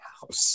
house